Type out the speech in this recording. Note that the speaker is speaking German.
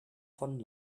von